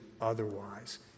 otherwise